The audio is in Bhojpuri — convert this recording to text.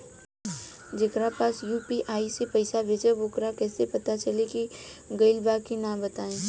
जेकरा पास यू.पी.आई से पईसा भेजब वोकरा कईसे पता चली कि गइल की ना बताई?